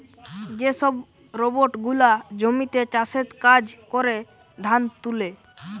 যে সব রোবট গুলা জমিতে চাষের কাজ করে, ধান তুলে